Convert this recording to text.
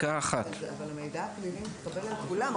אבל המידע הפלילי מתקבל על כולם,